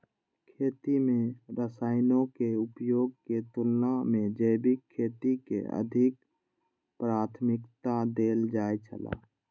खेती में रसायनों के उपयोग के तुलना में जैविक खेती के अधिक प्राथमिकता देल जाय छला